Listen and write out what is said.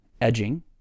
edging